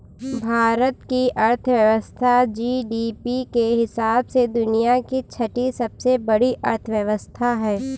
भारत की अर्थव्यवस्था जी.डी.पी के हिसाब से दुनिया की छठी सबसे बड़ी अर्थव्यवस्था है